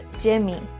Jimmy